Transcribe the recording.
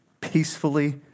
peacefully